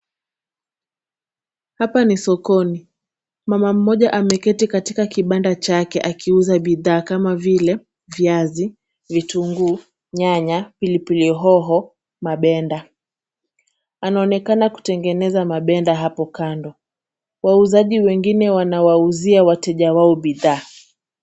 Hapa ni sokoni. Mama mmoja ameketi katika kibanda chake akiuza bidhaa kama vile; viazi, vitunguu, nyanya, pilipili hoho , mabenda. Anaoenakana kutengeneza mabenda hapo kando . Wauzaji wengine wanawauzia wateja wao bidhaa.